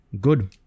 good